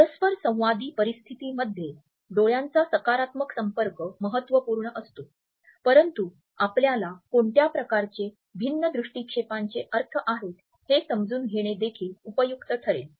परस्परसंवादी परिस्थितींमध्ये डोळ्यांचा सकारात्मक संपर्क महत्त्वपूर्ण असतो परंतु आपल्याला कोणत्या प्रकारचे भिन्न दृष्टीक्षेपाचे अर्थ आहे हे समजून घेणे देखील उपयुक्त ठरेल